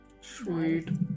Sweet